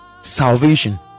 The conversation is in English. salvation